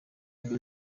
ngo